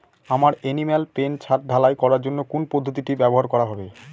আমার animal pen ছাদ ঢালাই করার জন্য কোন পদ্ধতিটি ব্যবহার করা হবে?